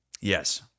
Yes